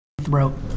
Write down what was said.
throat